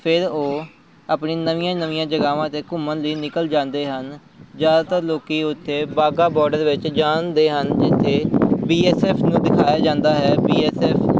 ਫਿਰ ਉਹ ਆਪਣੀ ਨਵੀਆਂ ਨਵੀਆਂ ਜਗ੍ਹਾਵਾਂ 'ਤੇ ਘੁੰਮਣ ਲਈ ਨਿਕਲ ਜਾਂਦੇ ਹਨ ਜ਼ਿਆਦਾਤਰ ਲੋਕ ਉੱਥੇ ਵਾਹਗਾ ਬੋਡਰ ਵਿੱਚ ਜਾਂਦੇ ਹਨ ਜਿੱਥੇ ਬੀ ਐੱਸ ਐੱਫ ਨੂੰ ਦਿਖਾਇਆ ਜਾਂਦਾ ਹੈ ਬੀ ਐੱਸ ਐੱਫ